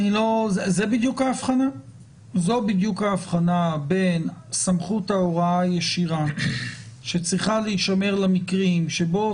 זו בדיוק האבחנה בין סמכות ההוראה הישירה שצריכה להישמר למקרים בהם